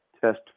test